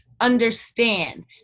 understand